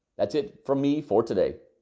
that's it from me for today.